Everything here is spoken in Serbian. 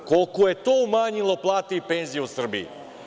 Koliko je to umanjilo plate i penzije u Srbiji?